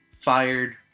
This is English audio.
fired